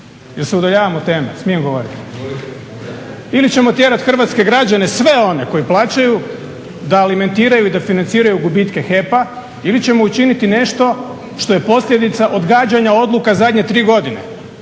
Ili ćemo tjerat hrvatske građane, sve one koji plaćaju da alimentiraju i da financiraju gubitke HEP-a ili ćemo učiniti nešto što je posljedica odgađanja odluka zadnje tri godine,